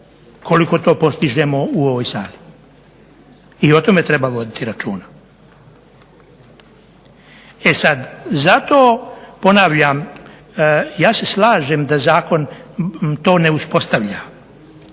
koliko to postižemo u ovoj sali i o tome treba voditi računa. E sad, zato ponavljam, ja se slažem da zakon to ne uspostavlja,